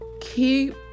keep